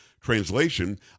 translation